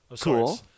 Cool